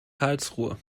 karlsruhe